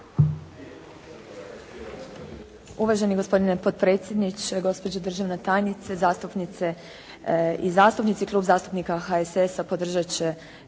Uvaženi gospodine potpredsjedniče, gospođo državna tajnice, zastupnice i zastupnici. Klub zastupnika HSS-a podržat će